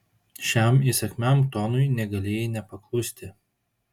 šiam įsakmiam tonui negalėjai nepaklusti